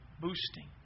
boosting